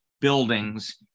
buildings